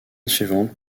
suivante